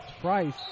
Price